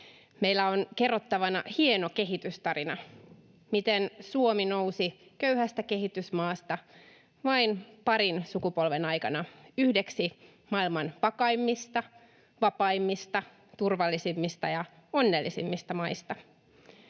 Meillä on kerrottavana hieno kehitystarina: miten Suomi nousi köyhästä kehitysmaasta vain parin sukupolven aikana yhdeksi maailman vakaimmista, vapaimmista, turvallisimmista ja onnellisimmista maista.